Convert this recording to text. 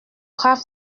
brave